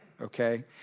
okay